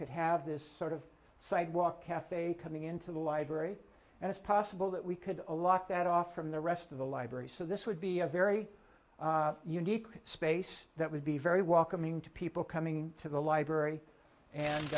could have this sort of sidewalk cafe coming into the library and it's possible that we could allot that off from the rest of the library so this would be a very unique space that would be very welcoming to people coming to the library and